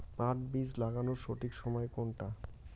পাট বীজ লাগানোর সঠিক সময় কোনটা?